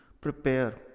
prepare